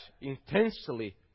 intensely